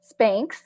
Spanx